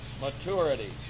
maturity